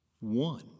one